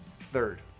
Third